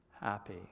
happy